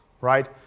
right